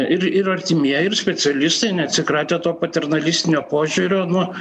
ir ir artimieji ir specialistai neatsikratė to paternalistinio požiūrio nu